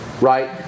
right